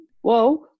whoa